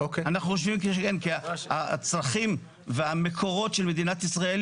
כי הצרכים והמקורות של מדינת ישראל,